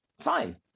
Fine